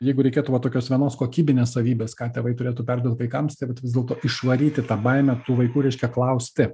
jeigu reikėtų va tokios vienos kokybinės savybės ką tėvai turėtų perduot vaikams tai vat vis dėlto išvaryti tą baimę tų vaikų reiškia klausti